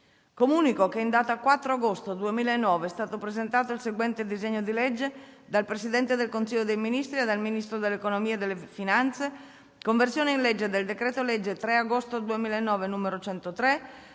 decreti-legge». In data 4 agosto 2009 e` stato presentato il seguente disegno di legge: dal Presidente del Consiglio dei ministri e dal Ministro dell’economia e delle finanze: «Conversione in legge del decreto-legge 3 agosto 2009, n. 103,